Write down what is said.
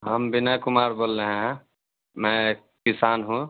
हम बिनय कुमार बोल रहे हैं मैं किसान हूँ